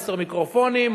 עשרה מיקרופונים,